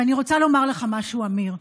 ואני רוצה לומר לך משהו, אמיר,